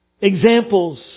Examples